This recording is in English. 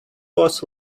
was